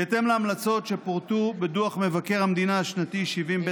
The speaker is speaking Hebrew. בהתאם להמלצות שפורטו בדוח מבקר המדינה השנתי 70ב